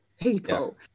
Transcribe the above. people